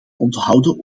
onthouden